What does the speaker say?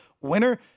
winner